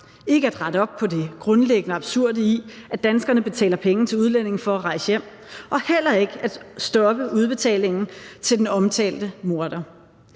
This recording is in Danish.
ikke at rette op på det grundlæggende absurde i, at danskerne betaler penge til udlændinge for at rejse hjem, og heller ikke at stoppe udbetalingen til den omtalte morder.